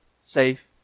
Safe